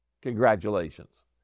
congratulations